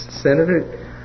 senator